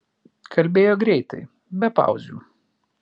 kalbėjo greitai be pauzių